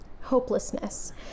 hopelessness